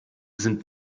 sind